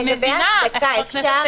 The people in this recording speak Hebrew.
בבקשה.